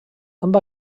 amb